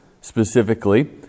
specifically